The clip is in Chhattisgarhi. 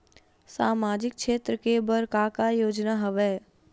सामाजिक क्षेत्र के बर का का योजना हवय?